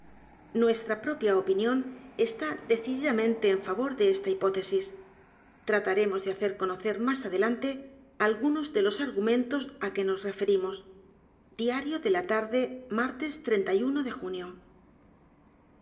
nuestra propia opinión está decididamente en favor de esta hipótesis trataremos de hacer conocer más adelante algunos de los argumentos á que nos referimos diario de la farcte martes de junio